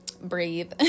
breathe